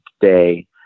day